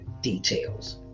details